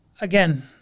again